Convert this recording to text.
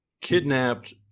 kidnapped